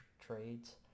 trades